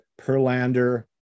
Perlander